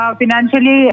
financially